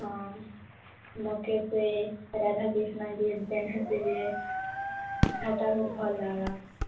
ହଁ ମତେ ସେ ରାଧା କୃଷ୍ଣ ଯିଏ ଯେନ ହେସି ଯେ ଆଉ ତାକୁ ଭଲ ଲାଗଲା